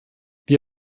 wir